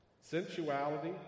sensuality